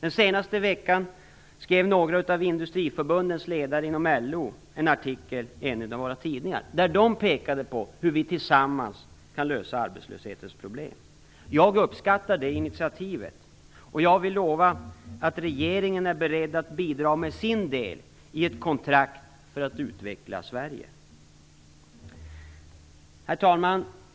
Den senaste veckan skrev några av ledarna i industriförbunden inom LO en artikel i en av våra tidningar, där de pekade på hur vi tillsammans kan lösa arbetslöshetens problem. Jag uppskattar det initiativet. Jag vill lova att regeringen är beredd att bidra med sin del i ett kontrakt för att utveckla Sverige. Herr talman!